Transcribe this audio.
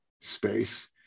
space